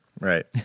Right